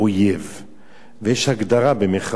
ויש הגדרה במירכאות: מה זה נקרא "אויב"?